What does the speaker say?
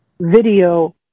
video